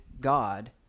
God